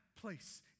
place